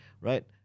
right